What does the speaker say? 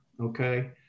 okay